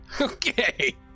Okay